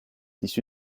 issu